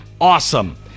awesome